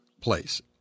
place